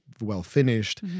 well-finished